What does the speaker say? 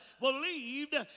believed